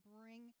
bring